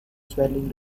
swelling